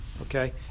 okay